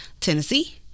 Tennessee